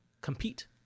compete